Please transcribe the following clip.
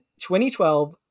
2012